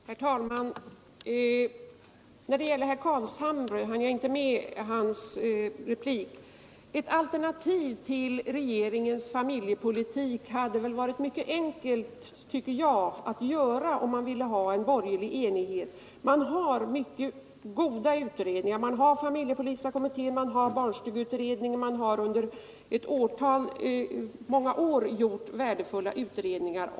Herr talman! Jag hann inte med herr Carlshamres replik. Ett alternativ till regeringens familjepolitik hade varit mycket enkelt att åstadkomma, tycker jag, om det funnits borgerlig enighet. Man har mycket goda utredningar: familjepolitiska kommittén, barnstugeutredningen. Man har under många år gjort värdefulla utredningar.